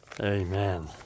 Amen